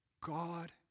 God